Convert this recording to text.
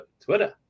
Twitter